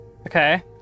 Okay